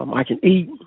um i can eat,